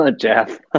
Jeff